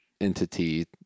entity